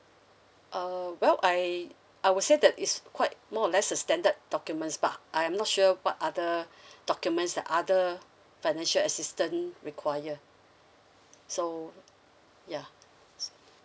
uh well I I would say that is quite no less a standard documents but I am not sure what other documents like other financial assistant require so yeah